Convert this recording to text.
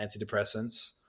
antidepressants